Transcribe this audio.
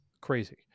crazy